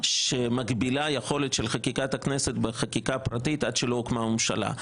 שמגבילה יכולת של הכנסת בחקיקה פרטית עד שלא הוקמה ממשלה.